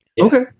Okay